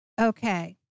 okay